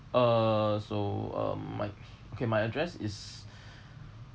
uh so uh my okay my address is